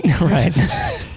right